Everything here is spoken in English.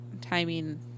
timing